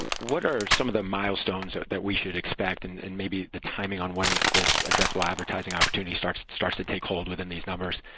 what are some of the milestones that we should expect and and maybe the timing on when and this addressable advertising opportunity starts to starts to take hold within these numbers?